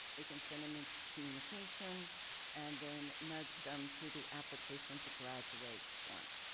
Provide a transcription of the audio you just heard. we can send them a communication and then nudge them to the application to graduate form